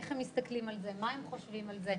איך הם מסתכלים על זה ומה הם חושבים על זה.